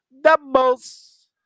Doubles